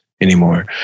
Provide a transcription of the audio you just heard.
anymore